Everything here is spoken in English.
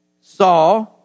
saw